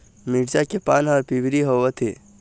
मिरचा के पान हर पिवरी होवथे?